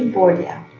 and bored, yeah